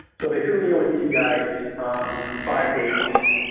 so they threw me in with these guys um for five days.